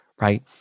right